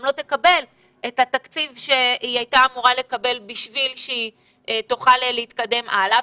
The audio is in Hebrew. לא תקבל את התקציב שהיא הייתה אמורה לקבל כדי שהיא תוכל להתקדם הלאה,